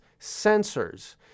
sensors